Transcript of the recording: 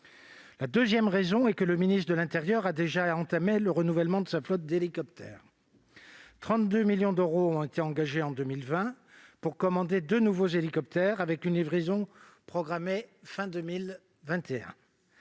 D'autre part, le ministère de l'intérieur a déjà entamé le renouvellement de sa flotte d'hélicoptères. Ainsi, 32 millions d'euros ont déjà été engagés en 2020 pour commander deux nouveaux hélicoptères, avec une livraison programmée pour